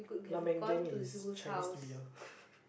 is Chinese-New-year